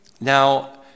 now